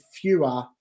fewer